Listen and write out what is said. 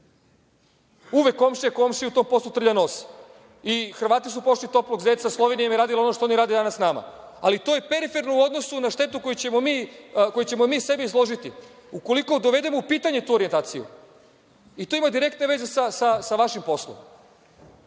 Uvek komšija komšiji u tom poslu trlja nos i Hrvati su pošli toplog zeca, Slovenija im je radila ono što oni nama danas rade. Ali, to je periferno u odnosu na štetu koju ćemo mi sebe izložiti ukoliko dovedemo u pitanje tu orijentaciju. To ima direktno veze sa vašim poslom. Moramo